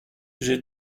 j’ai